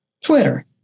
Twitter